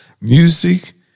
music